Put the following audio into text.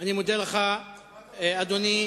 אני מודה לך, אדוני.